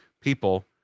people